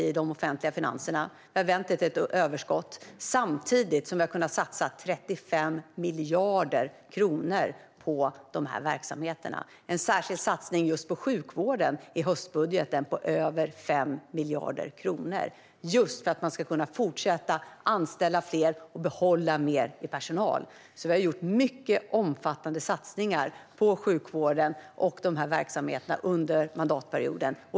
Vi har vänt det till ett överskott samtidigt som vi har kunnat satsa 35 miljarder kronor på välfärdsverksamheterna. I höstbudgeten gjorde vi en särskild satsning på sjukvården på över 5 miljarder kronor, just för att man ska kunna fortsätta anställa fler och behålla mer personal. Vi har alltså gjort mycket omfattande satsningar på sjukvården och de här verksamheterna under mandatperioden.